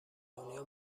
دنیا